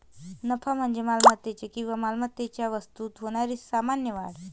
नफा म्हणजे मालमत्तेच्या किंवा मालमत्तेच्या मूल्यात होणारी सामान्य वाढ